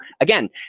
again